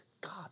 God